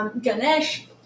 Ganesh